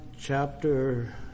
chapter